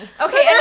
Okay